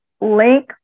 link